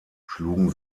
schlugen